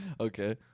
Okay